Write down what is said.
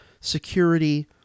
security